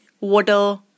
water